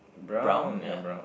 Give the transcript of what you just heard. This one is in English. brown ya brown